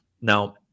now